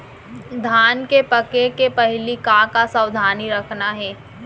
धान के पके के पहिली का का सावधानी रखना हे?